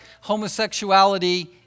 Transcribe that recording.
homosexuality